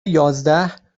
یازده